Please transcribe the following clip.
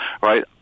right